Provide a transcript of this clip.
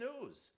news